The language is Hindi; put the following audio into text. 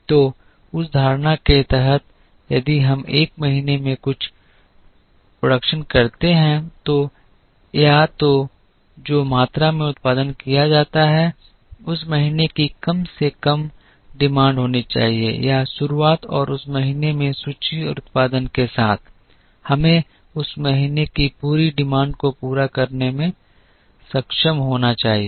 तो उस धारणा के तहत यदि हम एक महीने में कुछ पैदा करते हैं तो या तो जो मात्रा में उत्पादन किया जाता है उस महीने की कम से कम मांग होनी चाहिए या शुरुआत और उस महीने में सूची और उत्पादन के साथ हमें उस महीने की पूरी मांग को पूरा करने में सक्षम होना चाहिए